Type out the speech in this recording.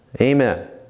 Amen